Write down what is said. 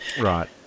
Right